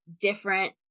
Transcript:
different